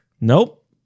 Nope